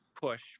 push